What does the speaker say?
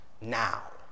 now